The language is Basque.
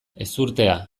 ezurtea